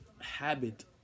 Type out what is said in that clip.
habit